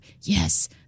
yes